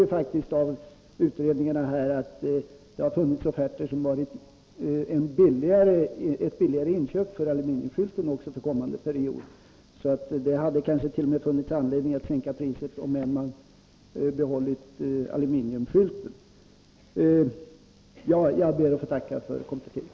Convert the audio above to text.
Det framgår ju av utredningarna att det funnits offerter på aluminiumskyltar som blivit billigare i inköp också för kommande period. Det hade kanske t.o.m. funnits anledning att sänka priset även om man hade behållit aluminiumskylten. Jag ber att få tacka för kompletteringen.